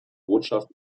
botschaft